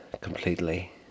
completely